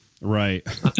right